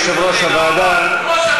יושב-ראש הוועדה,